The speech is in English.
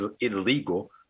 illegal